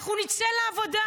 אנחנו נצא לעבודה,